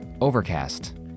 Overcast